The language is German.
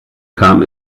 kam